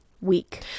Week